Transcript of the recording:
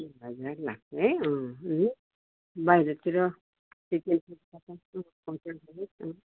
एक हजार लाग्छ है अँ बाहिरतिर के के पाउँछ है अँ